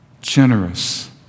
Generous